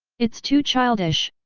it's too childish!